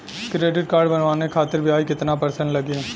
Credit card बनवाने खातिर ब्याज कितना परसेंट लगी?